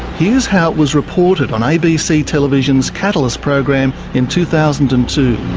here's how it was reported on abc television's catalyst program in two thousand and two.